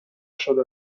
شده